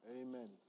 Amen